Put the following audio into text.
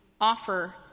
offer